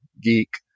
geek